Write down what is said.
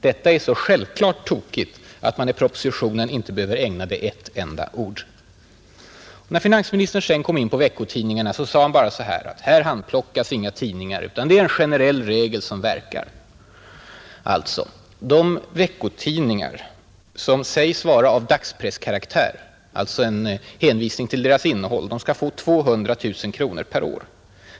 Men det är så självklart tokigt, säger herr Sträng, att man i propositionerna inte behöver ägna saken ett enda ord. När finansministern sedan kom in på veckotidningarna sade han bara: Här handplockas inga tidningar utan det är en generell regel som verkar. Alltså: de veckotidningar som säges vara ”av dagspresskaraktär” — alltså med hänvisning till deras innehåll — skall få 200 000 kronor per år.